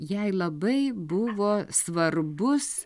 jai labai buvo svarbus